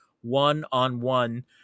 one-on-one